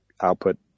output